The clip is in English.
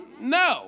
No